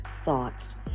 thoughts